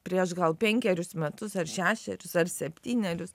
prieš gal penkerius metus ar šešerius ar septynerius